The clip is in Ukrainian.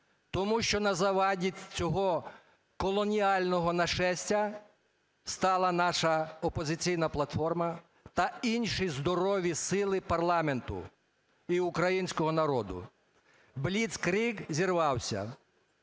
Тому що на заваді цього колоніального нашестя стала наша "Опозиційна платформа" та інші здорові сили парламенту і українського народу. Бліцкриг зірвався.